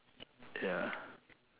ya